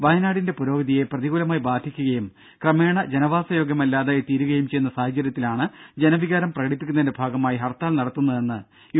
വയനാടിന്റെ പുരോഗതിയെ പ്രതികൂലമായി ബാധിക്കുകയും ക്രമേണ ജനവാസയോഗ്യമല്ലാതായി തീരുകയും ചെയ്യുന്ന സാഹചര്യത്തിലാണ് ജനവികാരം പ്രകടിപ്പിക്കുന്നതിന്റെ ഭാഗമായി ഹർത്താൽ നടത്തുന്നതെന്നും യു